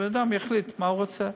בן-אדם יחליט מה הוא רוצה.